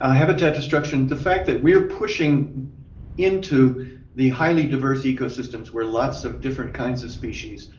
habitat destruction. the fact that we are pushing into the highly diverse ecosystems where lots of different kinds of species,